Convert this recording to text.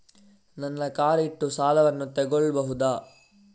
ನನ್ನ ಕಾರ್ ಇಟ್ಟು ಸಾಲವನ್ನು ತಗೋಳ್ಬಹುದಾ?